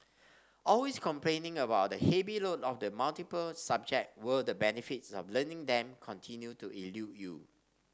always complaining about the heavy load of the multiple subject where the benefits of learning them continue to elude you